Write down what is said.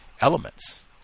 elements